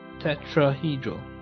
tetrahedral